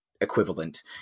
equivalent